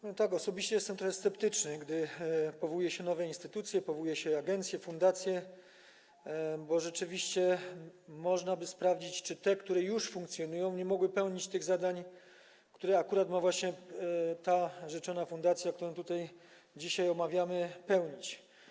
Osobiście jestem trochę sceptyczny, gdy powołuje się nowe instytucje, powołuje się agencje, fundacje, bo rzeczywiście można by sprawdzić, czy te, które już funkcjonują, nie mogły pełnić tych zadań, które akurat właśnie ta rzeczona fundacja, którą tutaj dzisiaj omawiamy, ma pełnić.